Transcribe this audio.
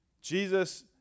Jesus